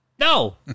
No